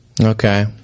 Okay